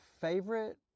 favorite